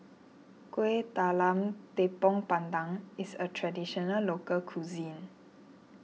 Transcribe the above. Kueh Talam Tepong Pandan is a Traditional Local Cuisine